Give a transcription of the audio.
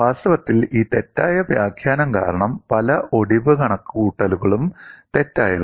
വാസ്തവത്തിൽ ഈ തെറ്റായ വ്യാഖ്യാനം കാരണം പല ഒടിവ് കണക്കുകൂട്ടലുകളും തെറ്റായിരുന്നു